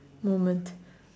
moment